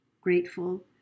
grateful